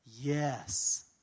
yes